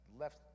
left